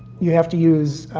you have to use